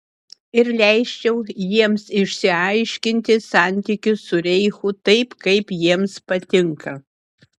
ir leisčiau jiems išsiaiškinti santykius su reichu taip kaip jiems patinka